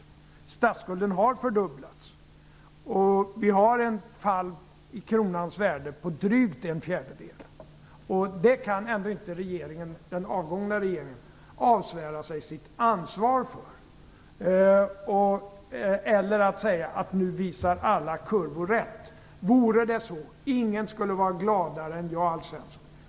Statsskulden har fördubblats. Kronans värde har fallit med drygt en fjärdedel. Det kan ändå inte den avgångna regeringen avsvära sig sitt ansvar för. Man kan inte heller säga att alla kurvor nu pekar åt rätt håll. Om det vore så skulle ingen vara gladare än jag, Alf Svensson.